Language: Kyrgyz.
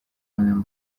менен